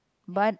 but